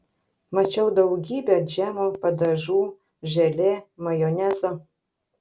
mačiau daugybę džemų padažų želė majonezo